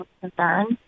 concerns